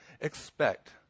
expect